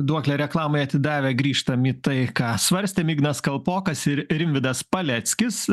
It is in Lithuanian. duoklę reklamai atidavę grįžtam į tai ką svarstėm ignas kalpokas ir rimvydas paleckis